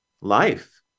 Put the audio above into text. life